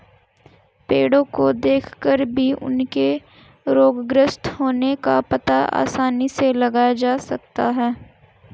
पेड़ो को देखकर भी उनके रोगग्रस्त होने का पता आसानी से लगाया जा सकता है